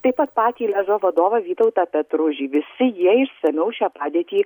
taip pat patį lezo vadovą vytautą petružį visi jie išsamiau šią padėtį